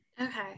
Okay